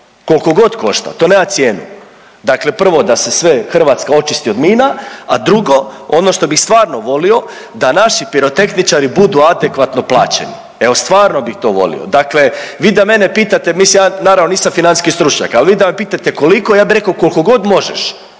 koliko god košta, to nema cijenu. Dakle prvo da se sve, Hrvatska očisti od mina, a drugo, ono što bih stvarno volio da naši pirotehničari budu adekvatno plaćeni. Evo, stvarno bih to volio. Dakle, vi da mene pitate, mislim ja naravno nisam financijski stručnjak, ali vi da me pitate, koliko, ja bih rekao koliko god možeš.